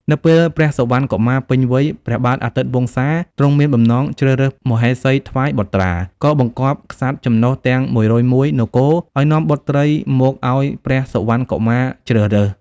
នៅពេលព្រះសុវណ្ណកុមារពេញវ័យព្រះបាទអាទិត្យវង្សាទ្រង់មានបំណងជ្រើសរើសមហេសីថ្វាយបុត្រា ក៏បង្គាប់ក្សត្រចំណុះទាំង ១០១ នគរ ឱ្យនាំបុត្រីមកឱ្យព្រះសុវណ្ណកុមារជ្រើសរើស។